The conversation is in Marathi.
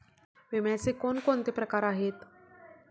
विम्याचे कोणकोणते प्रकार आहेत?